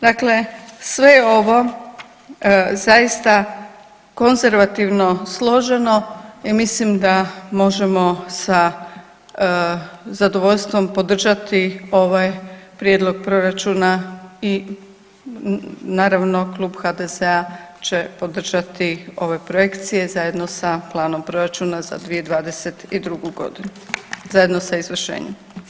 Dakle, sve je ovo zaista konzervativno složeno i mislim da možemo sa zadovoljstvom podržati ovaj prijedlog proračuna i naravno Klub HDZ-a će podržati ove projekcije zajedno sa planom proračuna za 2022. godinu, zajedno sa izvršenjem.